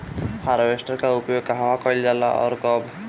Harvester का उपयोग कहवा कइल जाला और कब?